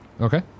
Okay